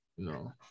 No